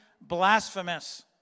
blasphemous